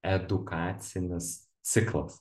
edukacinis ciklas